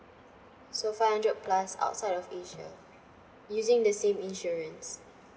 so five hundred plus outside of asia using the same insurance